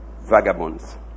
vagabonds